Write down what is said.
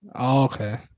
okay